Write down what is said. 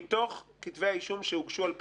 מתוך כתבי האישום שהוגשו על פוליגמיה,